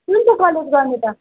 कुन चाहिँ कलेज गर्ने त